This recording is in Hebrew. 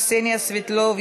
קסניה סבטלובה,